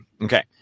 Okay